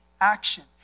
action